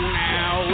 now